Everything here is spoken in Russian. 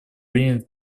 принят